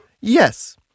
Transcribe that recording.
Yes